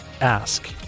ask